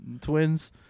twins